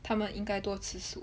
他们应该多吃素